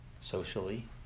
socially